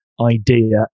idea